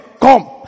Come